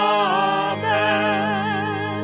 amen